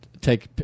take –